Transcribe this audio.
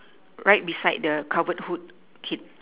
right beside the covered hood kid